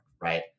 Right